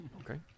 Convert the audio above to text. Okay